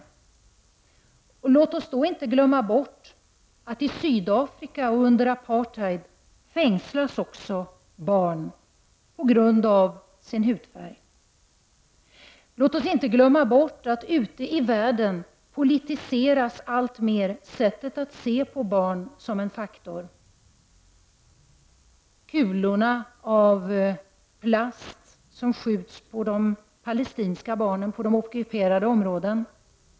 Låt oss inte glömma bort att i Sydafrika under apartheid fängslas också barn på grund av hudfärg. Låt oss inte glömma bort att i världen politiseras alltmer sättet att se på barnen som en faktor. Kulor av plast skjuts på de palestinska barnen på de ockuperade områdena.